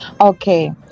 Okay